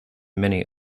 many